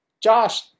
Josh